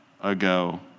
ago